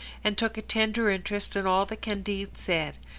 and took a tender interest in all that candide said,